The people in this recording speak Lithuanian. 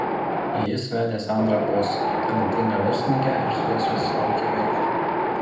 jis vedė sandrą boss talentingą verslininkę ir su ja susilaukė vaiko